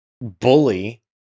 bully